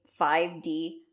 5D